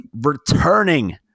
returning